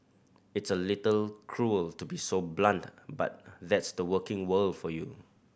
it's a little cruel to be so blunt but that's the working world for you